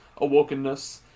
awokenness